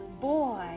boy